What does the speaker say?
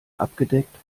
abgedeckt